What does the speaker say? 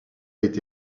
été